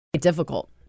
Difficult